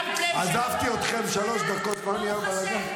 --- עזבתי אתכם שלוש דקות, כבר נהיה בלגן?